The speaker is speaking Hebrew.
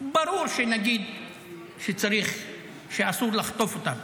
ברור שאסור לחטוף אותן.